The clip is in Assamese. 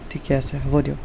ঠিকে আছে হ'ব দিয়ক